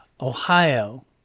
Ohio